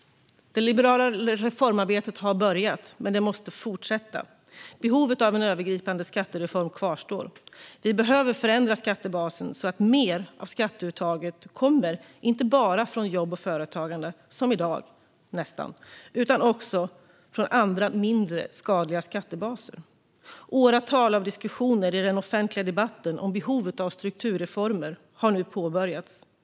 Det liberala reformarbetet har börjat, men det måste fortsätta. Behovet av en övergripande skattereform kvarstår. Vi behöver förändra skattebasen så att mer av skatteuttaget inte bara kommer från jobb och företagande, som det nästan är i dag, utan också från andra, mindre skadliga skattebaser. Åratal av diskussioner i den offentliga debatten om behovet av strukturreformer har nu påbörjats.